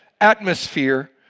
atmosphere